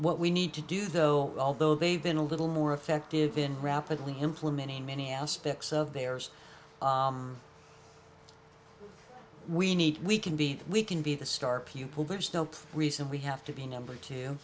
what we need to do though although they've been a little more effective in rapidly implementing many aspects of they are we need we can be we can be the star pupil there's no reason we have to be number t